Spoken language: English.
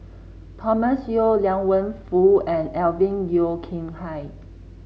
Thomas Yeo Liang Wenfu and Alvin Yeo Khirn Hai